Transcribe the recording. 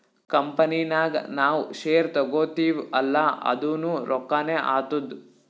company ನಾಗ್ ನಾವ್ share ತಗೋತಿವ್ ಅಲ್ಲಾ ಅದುನೂ ರೊಕ್ಕಾನೆ ಆತ್ತುದ್